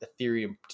Ethereum